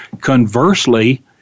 Conversely